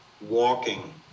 walking